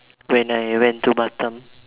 when I went to Batam